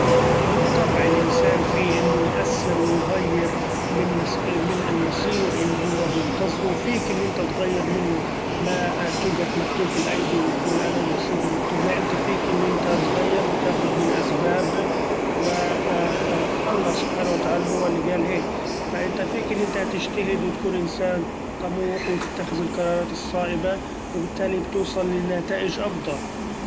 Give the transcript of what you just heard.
بالطبع! الإنسإن فيه إنه يأثر ويغير من- من المصير اللي هو بينتظره ، وفيك إنك إنت تغير منه ما تقف مكتوف الأيدي وتقول أنا مصيري مكتوب لا إنت فيك إن إنت تغير وتاخد بالاسباب ، و‹hesitate › الله سبحانه وتعالى هو اللي قال هيك ف إنت فيك إنك إنت تچتهد وتكون إنسإن طموح وتتخذ القرارات الصائبة وبالتالي بتوصل لنتائچ افضل.